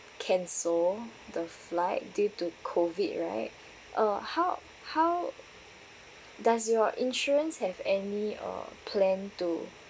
cancel the flight due to COVID right uh how how does your insurance have any uh plan to